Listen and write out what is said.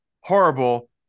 Horrible